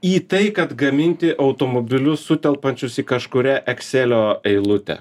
į tai kad gaminti automobilius sutelpančius į kažkurią ekselio eilutę